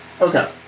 Okay